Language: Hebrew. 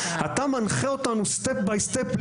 מנחה אותנו step by step,